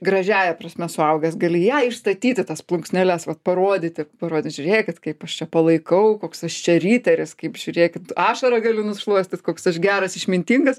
gražiąja prasme suaugęs gali ją išstatyti tas plunksneles vat parodyti parodyt žiūrėkit kaip aš čia palaikau koks aš čia riteris kaip žiūrėkit ašarą galiu nušluostyt koks aš geras išmintingas